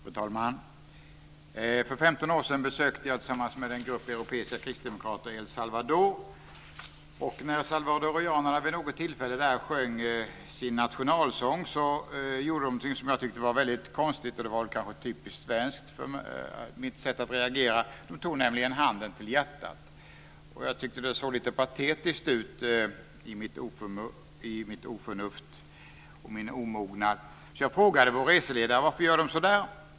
Fru talman! För 15 år sedan besökte jag tillsammans med en grupp europeiska kristdemokrater El Salvador. När salvadoranerna vid något tillfälle sjöng sin nationalsång gjorde de någonting som jag tyckte var väldigt konstigt - mitt sätt att reagera är kanske typiskt svenskt. De tog nämligen handen till hjärtat. Jag tyckte att det såg lite patetiskt ut - i mitt oförnuft och min omognad. Jag frågade vår reseledare varför de gjorde så.